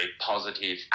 positive